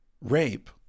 rape